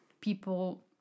people